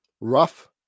rough